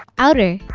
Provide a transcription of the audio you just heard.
outer